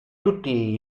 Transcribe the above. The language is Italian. tutti